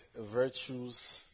virtues